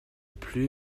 plus